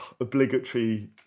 obligatory